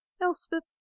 elspeth